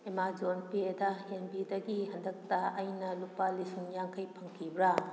Amazon ꯄꯦꯗ ꯍꯦꯟꯕꯤꯗꯒꯤ ꯍꯟꯗꯛꯇꯥ ꯑꯩꯅ ꯂꯨꯄꯥ ꯂꯤꯁꯤꯡ ꯌꯥꯡꯈꯩ ꯐꯪꯈꯤꯕ꯭ꯔꯥ